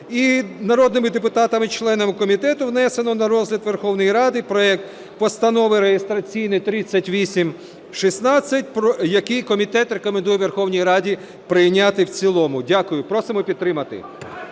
народними депутатами членами комітету внесено на розгляд Верховної Ради проект Постанови реєстраційний 3816, який комітет рекомендує Верховній Раді прийняти в цілому. Дякую. Просимо підтримати.